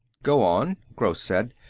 go on, gross said.